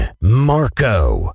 Marco